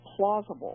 plausible